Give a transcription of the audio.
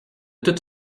toute